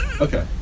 Okay